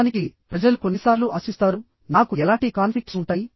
నిజానికి ప్రజలు కొన్నిసార్లు ఆశిస్తారు నాకు ఎలాంటి కాన్ఫ్లిక్ట్స్ ఉంటాయి